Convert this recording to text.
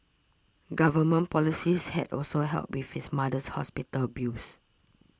government policies had also helped with his mother's hospital bills